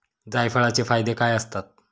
जायफळाचे फायदे काय असतात?